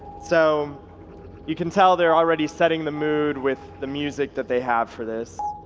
so you can tell they're already setting the mood with the music that they have for this,